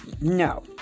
No